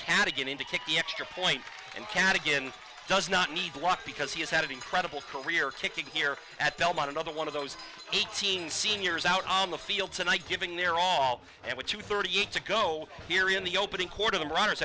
getting to kick the extra point and cadigan does not need luck because he has had an incredible career kicking here at belmont another one of those eighteen seniors out on the field tonight giving their all and with two thirty eight to go here in the opening quarter the runners